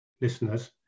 listeners